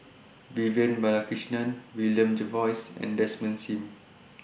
Vivian Balakrishnan William Jervois and Desmond SIM